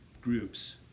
groups